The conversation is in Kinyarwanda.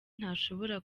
ntashobora